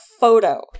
photo